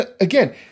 Again